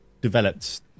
developed